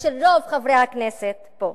ושל רוב חברי הכנסת פה.